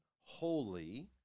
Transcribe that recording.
holy